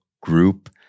group